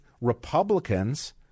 Republicans